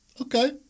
Okay